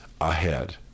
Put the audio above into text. ahead